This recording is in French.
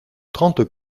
trente